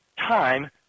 time